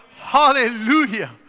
Hallelujah